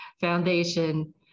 Foundation